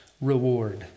reward